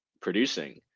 producing